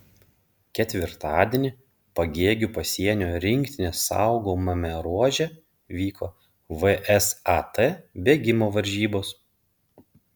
ketvirtadienį pagėgių pasienio rinktinės saugomame ruože vyko vsat bėgimo varžybos